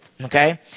Okay